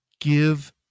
Give